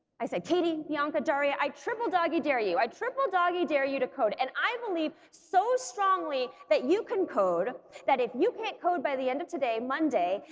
i said katie, bianca, daria, i triple doggie dare you. i triple doggie dare you to code, and i believe so strongly that you can code that if you can't code by the end of today, monday,